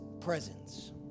presence